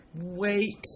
wait